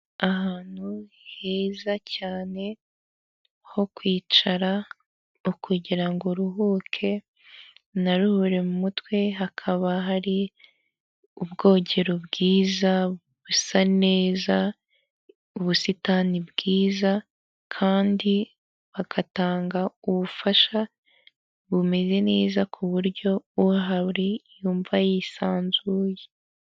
Mu masaha ya nijoro mbere yanjye ndahabona etaje y'ubucuruzi, aho hasi hari icyapa cyanditse ngo Simba Gishushu, ndabona na none icyapa kigaragaza y'uko nta parikingi ihari, hakaba hari n'intebe za parasitiki z'umuhondo ndetse n'izitukura n'utu meza twazo.